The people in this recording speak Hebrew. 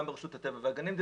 גם ברשות הטבע והגנים,